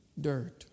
Dirt